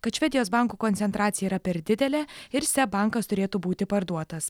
kad švedijos bankų koncentracija yra per didelė ir seb bankas turėtų būti parduotas